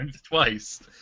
twice